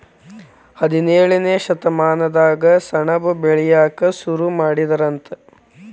ಹದಿನೇಳನೇ ಶತಮಾನದಾಗ ಸೆಣಬ ಬೆಳಿಯಾಕ ಸುರು ಮಾಡಿದರಂತ